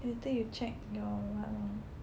later you check your what ah